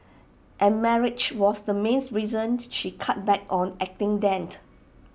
and marriage was the reason she cut back on acting then